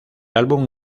álbum